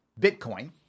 Bitcoin